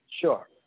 Sure